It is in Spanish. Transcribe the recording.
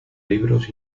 libros